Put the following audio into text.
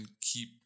keep